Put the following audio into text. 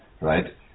right